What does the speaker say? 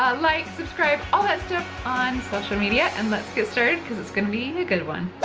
ah like, subscribe, all that stuff on social media and let's get started, cause it's going to be a good one.